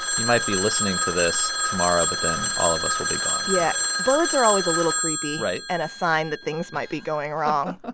you might be listening to this tomorrow. but then all of us will be gone yeah, birds are always a little creepy. right. and a sign that things might be going wrong. ah